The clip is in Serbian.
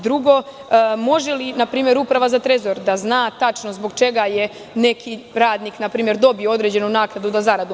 Drugo, može li Uprava za Trezor da zna tačno zbog čega je neki radnik dobio određenu naknadu na zaradu.